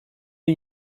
are